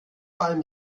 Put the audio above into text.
einem